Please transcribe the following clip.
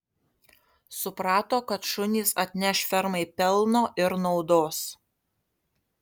suprato kad šunys atneš fermai pelno ir naudos